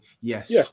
Yes